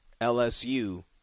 LSU